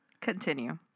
Continue